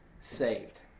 saved